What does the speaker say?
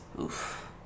Oof